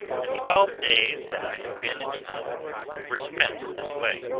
the twelve days that i had been in the isle were spent in this way,